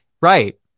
right